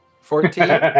Fourteen